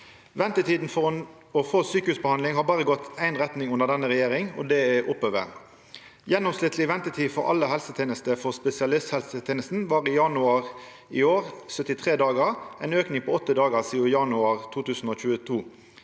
Ventetiden for å få sykehusbehandling har bare gått i en retning under denne regjeringen, og det er oppover. Gjennomsnittlig ventetid for alle helsetjenesteområder for spesialisthelsetjenesten var i januar 73 dager, en økning på åtte dager siden januar 2022.